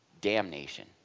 damnation